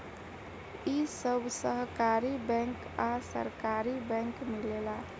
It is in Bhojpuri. इ सब सहकारी बैंक आ सरकारी बैंक मिलेला